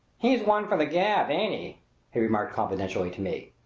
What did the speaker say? he is one for the gab, ain't he? he remarked confidentially to me.